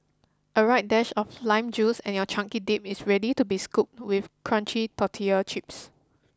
a right dash of lime juice and your chunky dip is ready to be scooped with crunchy tortilla chips